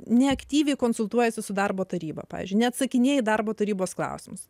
nei aktyviai konsultuojasi su darbo taryba pavyzdžiui neatsakinėji į darbo tarybos klausimus